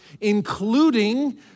including